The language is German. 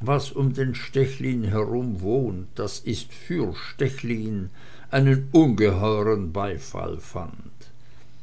was um den stechlin herum wohnt das ist für stechlin einen ungeheuren beifall fand